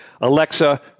Alexa